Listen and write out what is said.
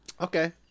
Okay